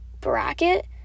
bracket